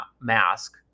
mask